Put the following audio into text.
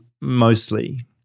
mostly